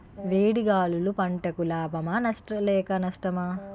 వేడి గాలులు పంటలకు లాభమా లేక నష్టమా?